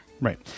Right